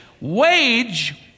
wage